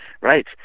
Right